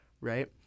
right